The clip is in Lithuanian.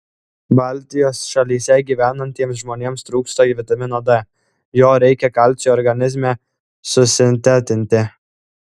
baltijos šalyse gyvenantiems žmonėms trūksta vitamino d jo reikia kalciui organizme susintetinti